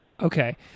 Okay